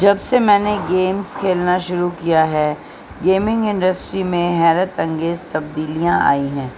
جب سے میں نے گیمس کھیلنا شروع کیا ہے گیمنگ انڈسٹری میں حیرت انگیز تبدیلیاں آئی ہیں